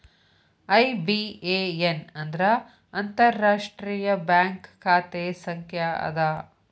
IBAN ಅಂದ್ರ ಅಂತಾರಾಷ್ಟ್ರೇಯ bank ಖಾತೆ ಸಂಖ್ಯಾ ಅದ